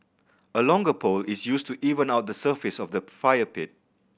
a longer pole is used to even out the surface of the fire pit